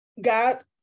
God